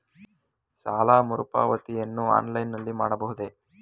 ಸಾಲ ಮರುಪಾವತಿಯನ್ನು ಆನ್ಲೈನ್ ನಲ್ಲಿ ಮಾಡಬಹುದೇ?